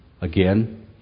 again